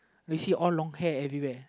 you see all long hair everywhere